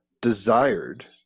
desired